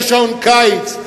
יהיה שעון קיץ.